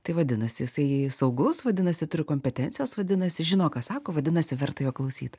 tai vadinasi jisai saugus vadinasi turi kompetencijos vadinasi žino ką sako vadinasi verta jo klausyt